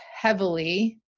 heavily